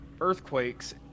earthquakes